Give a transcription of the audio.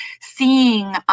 seeing